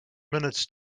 minutes